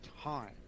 time